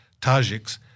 Tajiks